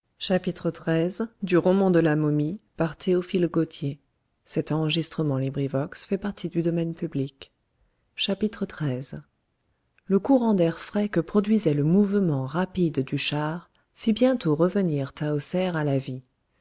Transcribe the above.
du col le courant d'air frais que produisait le mouvement rapide du char fit bientôt revenir tahoser à la vie